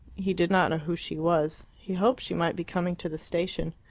he did not know who she was. he hoped she might be coming to the station.